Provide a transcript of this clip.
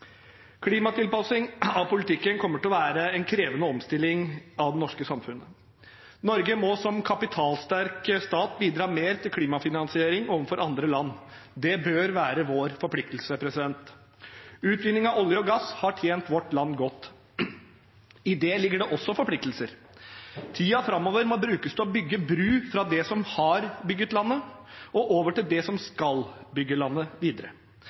av pendlerparkeringer. Klimatilpasning av politikken kommer til å være en krevende omstilling av det norske samfunnet. Norge må som kapitalsterk stat bidra mer til klimafinansiering overfor andre land. Det bør være vår forpliktelse. Utvinning av olje og gass har tjent vårt land godt. I det ligger det også forpliktelser. Tiden framover må brukes til å bygge bru fra det som har bygd landet, og over til det som skal bygge landet videre.